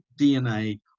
dna